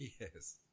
yes